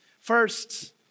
First